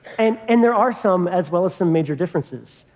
and and there are some, as well as some major differences.